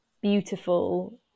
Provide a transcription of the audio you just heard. beautiful